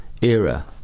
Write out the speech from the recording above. era